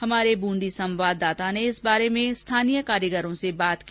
हमारे ब्रंदी संवाददाता ने इस बारे में स्थानीय कारीगरों से बात की